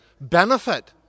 benefit